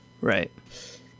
Right